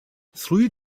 three